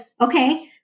okay